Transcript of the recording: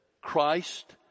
Christ